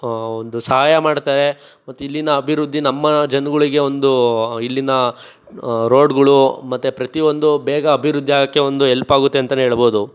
ಒಂದು ಸಹಾಯ ಮಾಡುತ್ತೆ ಮತ್ತೆ ಇಲ್ಲಿನ ಅಭಿವೃದ್ಧಿ ನಮ್ಮ ಜನಗಳಿಗೆ ಒಂದು ಇಲ್ಲಿನ ರೋಡ್ಗಳು ಮತ್ತೆ ಪ್ರತಿಯೊಂದು ಬೇಗ ಅಭಿವೃದ್ಧಿಯಾಗೋಕ್ಕೆ ಒಂದು ಹೆಲ್ಪಾಗುತ್ತೆ ಅಂತಲೇ ಹೇಳಬಹುದು